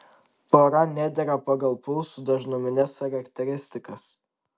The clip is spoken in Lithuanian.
pora nedera pagal pulsų dažnumines charakteristikas